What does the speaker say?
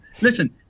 Listen